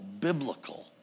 Biblical